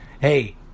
hey